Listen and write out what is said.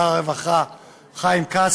שר הרווחה חיים כץ,